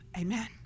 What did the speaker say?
Amen